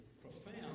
profound